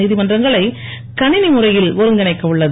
நீதிமன்றங்களை கணினி முறையில் ஒருங்கிணைக்க உள்ளது